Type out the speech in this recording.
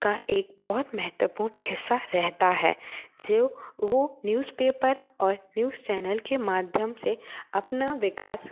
का एक बहुत महत्वपूर्ण हिस्सा रहता है जो वो न्यूज़पेपर और न्यूज़ चैनल के माध्यम से अपना विकास कर